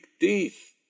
teeth